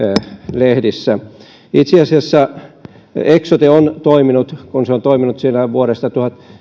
lehdissä itse asiassa eksote on toiminut kun se on toiminut siellä vuodesta